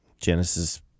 Genesis